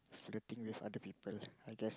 flirting with other people I guess